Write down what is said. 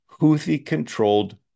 Houthi-controlled